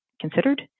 considered